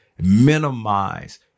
minimize